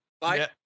Bye